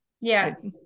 Yes